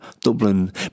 Dublin